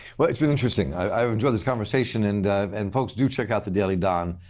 well, it's been interesting. i've enjoyed this conversation. and and folks, do check out the daily don.